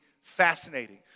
fascinating